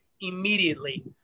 immediately